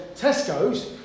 Tesco's